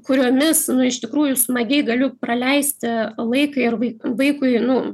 kuriomis nu iš tikrųjų smagiai galiu praleisti laiką ir vaik vaikui nu